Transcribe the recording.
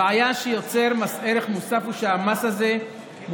הבעיה שיוצר מס ערך מוסף הוא שהמס הזה מוטל